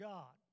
God